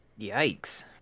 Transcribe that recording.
Yikes